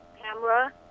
camera